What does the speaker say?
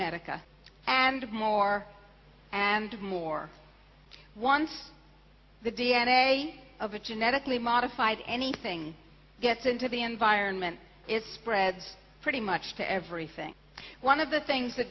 medica and more and more once the d n a of a genetically modified anything gets into the environment it spreads pretty much to everything one of the things that